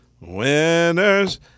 Winners